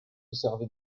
servait